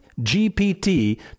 GPT